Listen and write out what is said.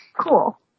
cool